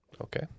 Okay